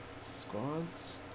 Squads